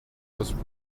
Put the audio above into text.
was